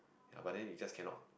ya but then you just can not